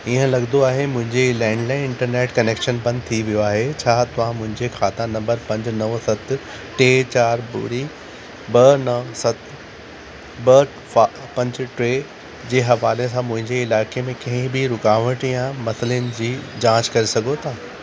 हीअं लॻंदो आहे त मुंहिंजो लैंडलाइन इंटरनेट कनैक्शन बंदि थी वियो आहे छा तव्हां मुंहिंजे खाता नंबर पंज नव सत टे चारि ॿुड़ी ॿ न सत ॿ फा पंज टे जे हवाले सां मुंहिंजे इलाइक़े में कंहिं ॿि रुकावटूं या मसइलनि जी जांच करे सघो था